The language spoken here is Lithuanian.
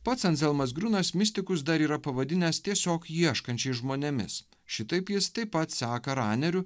pats anzelmas griūnas mistikus dar yra pavadinęs tiesiog ieškančiais žmonėmis šitaip jis taip pat seka raneriu